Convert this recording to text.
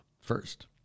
first